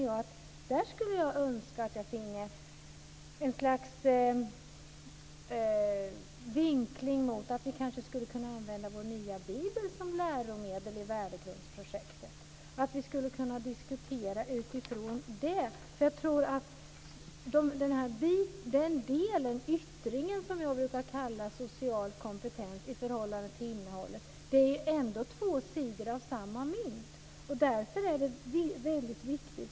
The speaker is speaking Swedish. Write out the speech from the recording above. Jag skulle önska att vi skulle kunna använda vår nya bibel som läromedel i värdegrundsprojektet och att vi skulle kunna diskutera utifrån den. Jag tror nämligen att yttringen, som jag brukar kalla social kompetens för i förhållande till innehållet, ändå är två sidor av samma mynt.